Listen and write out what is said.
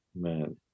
man